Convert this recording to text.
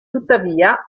tuttavia